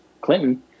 Clinton